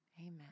Amen